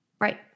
Right